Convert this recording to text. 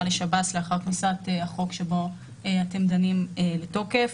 לשב"ס לאחר כניסת החוק שבו אתם דנים לתוקף,